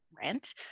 rent